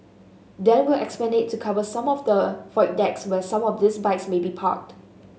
then we'll expand it to cover some of the void decks where some of these bikes may be parked